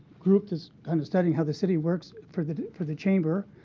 group that's kind of studying how the city works for the for the chamber.